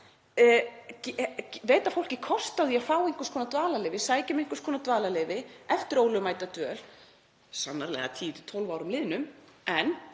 veita fólki kost á því að fá einhvers konar dvalarleyfi, sækja um einhvers konar dvalarleyfi eftir ólögmæta dvöl, sannarlega að 10–12 árum liðnum en